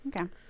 Okay